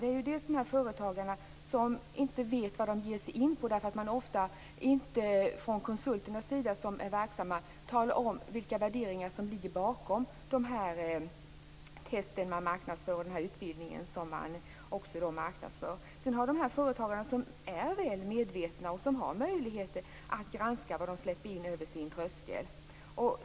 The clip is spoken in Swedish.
Det är bl.a. företagarna som inte vet vad de ger sig in i. Konsulterna talar inte alltid om vilka värderingar som ligger bakom de test och utbildningar som marknadsförs. Sedan finns det företagarna som är väl medvetna och som har möjligheter att granska vad de släpper in över tröskeln.